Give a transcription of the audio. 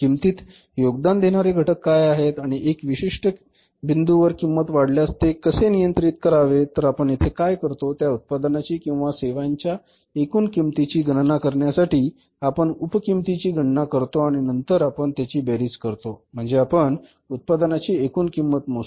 किंमतीत योगदान देणारे घटक काय आहेत आणि एका विशिष्ट बिंदूवर किंमत वाढल्यास ते कसे नियंत्रित करावेतर आपण येथे काय करतो त्या उत्पादनाची किंवा सेवेच्या एकूण किंमतीची गणना करण्यासाठीआपण उप किंमतीची गणना करतो आणि नंतर आपण त्यांची बेरीज करतो म्हणजे आपण उत्पादनाची एकूण किंमत मोजतो